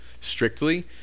strictly